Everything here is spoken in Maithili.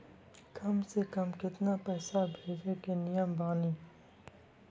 कम से कम केतना पैसा भेजै के नियम बानी?